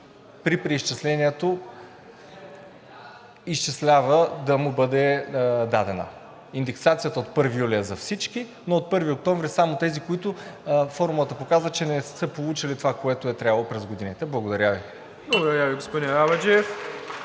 при преизчислението изчислява да му бъде дадена. Индексацията от 1 юли е за всички, но от 1 октомври само за тези, които формулата показва, че не са получили това, което е трябвало през годините. Благодаря Ви. (Ръкопляскания